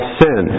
sin